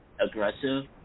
aggressive